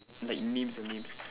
like names ah names